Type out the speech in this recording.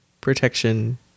protection